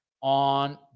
on